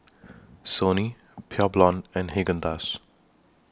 Sony Pure Blonde and Haagen Dazs